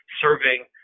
serving